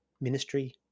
ministry